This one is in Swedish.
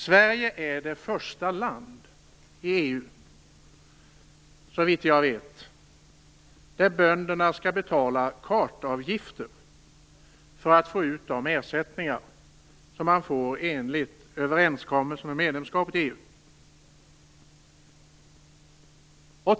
Sverige är det första land i EU, såvitt jag vet, där bönderna skall betala kartavgifter för att få ut de ersättningar som man får enligt överenskommelsen om medlemskap i EU.